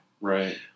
Right